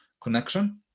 connection